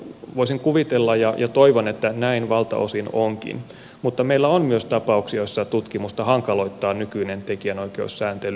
voisin kuvitella ja toivon että näin valtaosin onkin mutta meillä on myös tapauksia joissa tutkimusta hankaloittaa nykyinen tekijänoikeussääntely